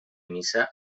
missa